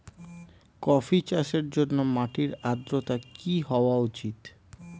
Coffee চাষের জন্য মাটির আর্দ্রতা কি হওয়া উচিৎ?